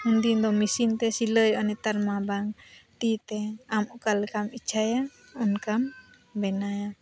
ᱩᱱᱫᱤᱱ ᱫᱚ ᱢᱮᱥᱤᱱᱛᱮ ᱥᱤᱞᱟᱹᱭᱚᱜᱼᱟ ᱱᱮᱛᱟᱨᱼᱢᱟ ᱵᱟᱝ ᱛᱤᱛᱮ ᱟᱢ ᱚᱠᱟ ᱞᱮᱠᱟᱢ ᱤᱪᱷᱟᱭᱟ ᱚᱱᱠᱟᱢ ᱵᱮᱱᱟᱣᱟ